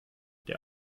der